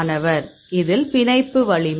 மாணவர் இதில் பிணைப்பு வலிமை